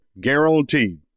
Guaranteed